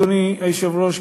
אדוני היושב-ראש,